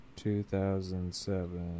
2007